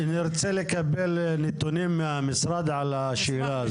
--- אני רוצה לקבל נתונים מהמשרד על השאלה הזו.